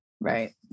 Right